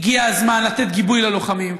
הגיע הזמן לתת גיבוי ללוחמים.